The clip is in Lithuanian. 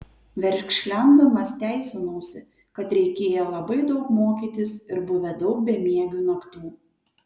verkšlendamas teisinausi kad reikėję labai daug mokytis ir buvę daug bemiegių naktų